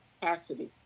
capacity